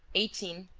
eighteen,